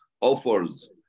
offers